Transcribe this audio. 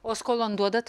o skolon duodat